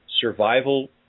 survival